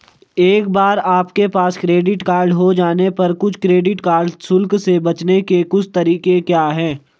एक बार आपके पास क्रेडिट कार्ड हो जाने पर कुछ क्रेडिट कार्ड शुल्क से बचने के कुछ तरीके क्या हैं?